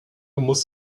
muss